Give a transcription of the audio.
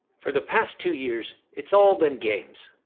for the past two years, it's all been games,